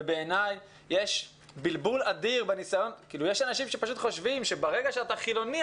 יש אנשים שפשוט חושבים שברגע שאתה חילוני,